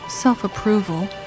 self-approval